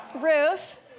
Ruth